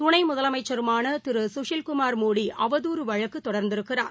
துணை முதலமைச்சருமான திரு சுஷில்குமார் மோடி அவதுறு வழக்கு தொடர்ந்திருக்கிறார்